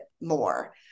more